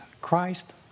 Christ